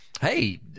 hey